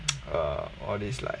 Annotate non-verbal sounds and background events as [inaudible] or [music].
[noise] err all these like